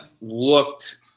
looked –